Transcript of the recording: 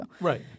Right